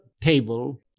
table